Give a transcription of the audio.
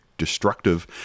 Destructive